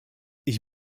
ich